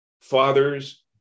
fathers